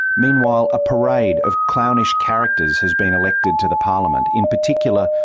meanwhile a parade of clownish characters has been elected to the parliament in particular,